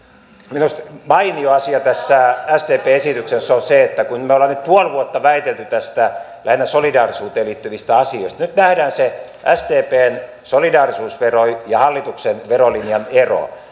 minusta mainio asia tässä sdpn esityksessä on se että kun me olemme nyt puoli vuotta väitelleet näistä lähinnä solidaarisuuteen liittyvistä asioista nyt nähdään se sdpn solidaarisuusveron ja hallituksen verolinjan ero